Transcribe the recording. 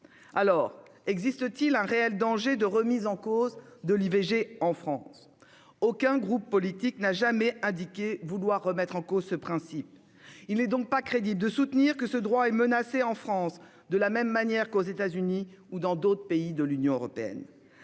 lors, existe-t-il un réel danger de remise en cause de l'IVG en France ? Aucun groupe politique n'a jamais indiqué vouloir remettre en cause ce principe : il n'est donc pas crédible de soutenir que ce droit est menacé en France, de la même manière qu'aux États-Unis ou dans d'autres pays de l'Union européenne.